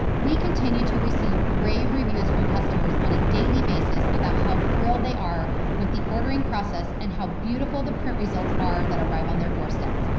we continue to receive rave reviews from customers on a daily basis about how thrilled they are with the ordering process and how beautiful the print results are that arrive on their doorstep.